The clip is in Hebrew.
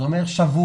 זה אומר שבוע.